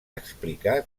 explicar